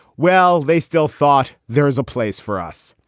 well, they still thought there is a place for us.